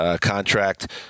contract